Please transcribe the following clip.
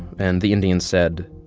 and the indians said,